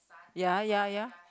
ya ya ya